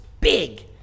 big